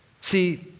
See